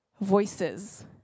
voices